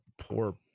poor